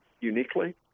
uniquely